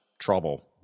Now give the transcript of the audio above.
trouble